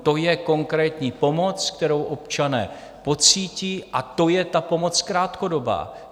To je konkrétní pomoc, kterou občané pocítí, a to je ta pomoc krátkodobá.